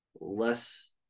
less